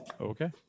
Okay